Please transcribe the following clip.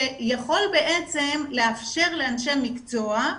שיכול לאפשר לאנשי מקצוע,